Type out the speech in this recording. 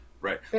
Right